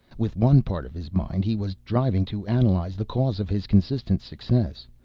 with one part of his mind he was driving to analyze the cause of his consistent success.